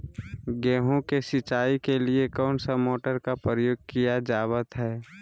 गेहूं के सिंचाई के लिए कौन सा मोटर का प्रयोग किया जावत है?